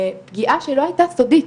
פגיעה שהיא לא הייתה סודית,